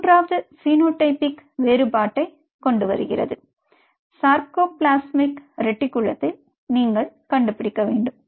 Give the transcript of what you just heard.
மூன்றாவது பினோடிபிக் வேறுபாட்டைக் கொண்டுவருகிறது சார்கோபிளாஸ்மிக் ரெட்டிகுலத்தை நீங்கள் கண்டுபிடிக்க வேண்டும்